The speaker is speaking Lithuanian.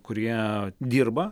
kurie dirba